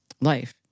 Life